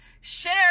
share